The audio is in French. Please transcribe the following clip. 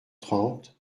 trente